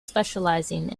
specializing